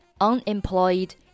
unemployed